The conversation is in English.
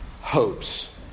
hopes